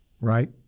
right